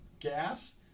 gas